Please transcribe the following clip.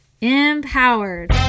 empowered